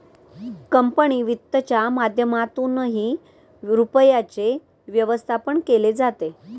company वित्तच्या माध्यमातूनही रुपयाचे व्यवस्थापन केले जाते